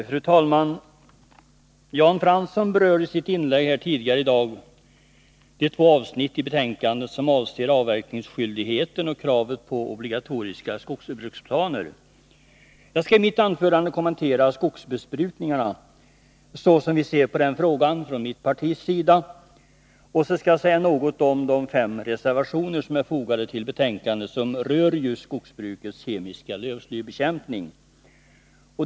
Fru talman! Jan Fransson har i sitt inlägg tidigare i dag berört de två avsnitt i betänkandet som avser avverkningsskyldigheten och kravet på obligatoriska skogsbruksplaner. Jag skall i mitt anförande kommentera skogsbesprutningarna — så som vi ser på den frågan från mitt partis sida — och så skall jag säga något om de fem reservationer som är fogade till betänkandet och som rör just skogsbrukets kemiska lövslybekämpning.